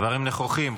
דברים נכוחים.